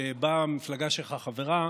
שבה המפלגה שלך חברה,